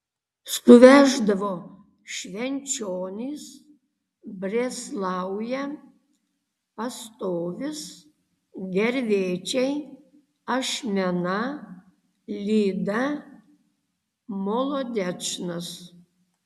suveždavo švenčionys brėslauja pastovis gervėčiai ašmena lyda molodečnas